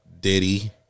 Diddy